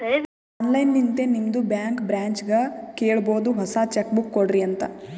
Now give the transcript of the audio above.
online ಲಿಂತೆ ನಿಮ್ದು bank ಬ್ರ್ಯಾಂಚ್ಗ ಕೇಳಬೋದು ಹೊಸಾ ಚೆಕ್ ಬುಕ್ ಕೊಡ್ರಿ ಅಂತ್